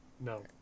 No